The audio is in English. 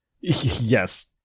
Yes